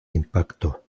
impacto